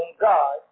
God